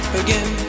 again